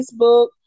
Facebook